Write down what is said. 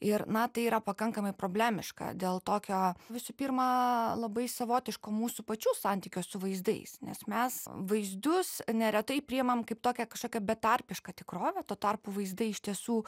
ir na tai yra pakankamai problemiška dėl tokio visų pirma labai savotiško mūsų pačių santykio su vaizdais nes mes vaizdus neretai priimam kaip tokią kažkokią betarpišką tikrovę tuo tarpu vaizdai iš tiesų